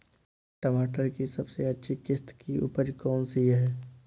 टमाटर की सबसे अच्छी किश्त की उपज कौन सी है?